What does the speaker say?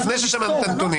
לפני ששמענו את הנתונים.